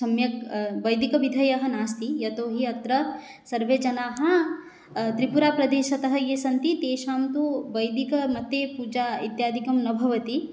सम्यक् वैदिकविधयः नास्ति यतो हि अत्र सर्वे जनाः त्रिपुराप्रदेशतः ये सन्ति तेषां तु वैदिकमते पूजा इत्यादिकं न भवति